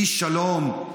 איש שלום,